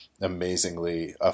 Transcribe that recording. amazingly